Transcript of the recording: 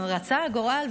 רצה הגורל,